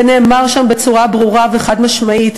ונאמר שם בצורה ברורה וחד-משמעית,